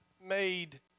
made